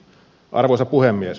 arvoisa puhemies